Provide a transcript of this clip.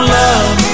love